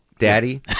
Daddy